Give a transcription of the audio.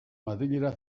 madrilera